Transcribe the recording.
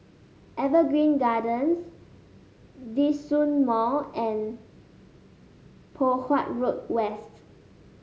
Evergreen Gardens Djitsun Mall and Poh Huat Road West